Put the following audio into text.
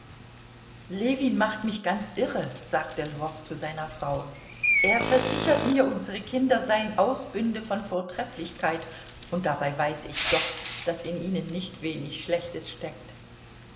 ljewin macht mich ganz irre sagte lwow zu seiner frau er versichert mir unsere kinder seien ausbünde von vortrefflichkeit und dabei weiß ich doch daß in ihnen nicht wenig schlechtes steckt